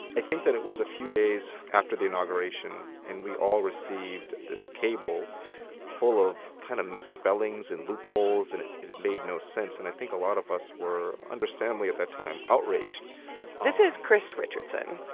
i think that it was a few days after the inauguration, and we all received this cable full of kind of misspellings and loopholes, and it it made no sense. and i think a lot of us were understandably at that time outraged this is chris richardson.